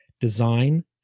design